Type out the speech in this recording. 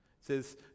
says